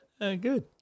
Good